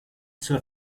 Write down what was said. zur